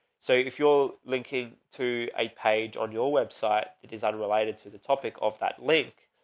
so if you're linking to a page on your website, it is either related to the topic of that link.